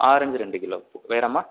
orange ரெண்டு kilo வேறும்மா